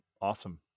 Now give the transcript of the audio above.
awesome